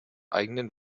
eigenen